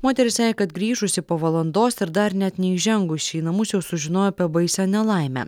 moteris sakė kad grįžusi po valandos ir dar net neįžengus į namus jau sužinojo apie baisią nelaimę